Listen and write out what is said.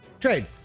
Trade